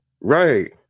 Right